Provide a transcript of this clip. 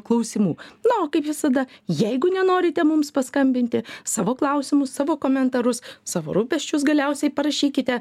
klausimų na o kaip visada jeigu nenorite mums paskambinti savo klausimus savo komentarus savo rūpesčius galiausiai parašykite